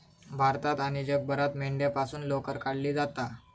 भारतात आणि जगभरात मेंढ्यांपासून लोकर काढली जाता